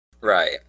Right